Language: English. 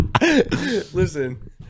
Listen